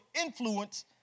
influence